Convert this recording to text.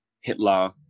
Hitler